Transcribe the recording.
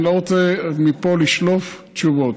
אני לא רוצה מפה לשלוף תשובות.